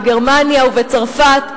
בגרמניה ובצרפת,